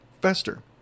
Fester